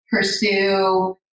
pursue